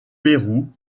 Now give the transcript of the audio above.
pérou